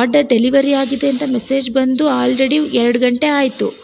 order delivery ಆಗಿದೆ ಅಂತ message ಬಂದು ಆಲ್ರೆಡಿ ಎರಡು ಗಂಟೆ ಆಯಿತು